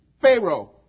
Pharaoh